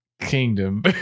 ...kingdom